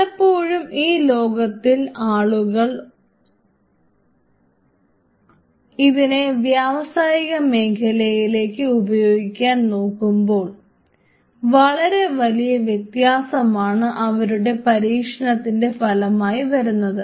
പലപ്പോഴും ഈ ലോകത്തിൽ ആളുകൾ ഇതിനെ വ്യാവസായിക മേഖലയിലേക്ക് ഉപയോഗിക്കാൻ നോക്കുമ്പോൾ വളരെ വലിയ വ്യത്യാസമാണ് അവരുടെ പരീക്ഷണത്തിന്റെ ഫലമായി വരുന്നത്